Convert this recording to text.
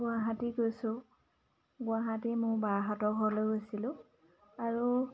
গুৱাহাটী গৈছোঁ গুৱাহাটী মোৰ বাহঁতৰ ঘৰলৈ গৈছিলোঁ আৰু